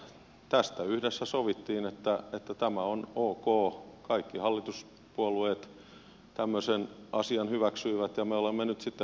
tästä yhdessä sovittiin että tämä on ok kaikki hallituspuolueet tämmöisen asian hyväksyivät ja me olemme nyt sitten hallituksessa olleet